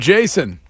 Jason